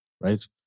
right